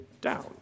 down